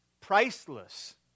priceless